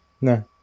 No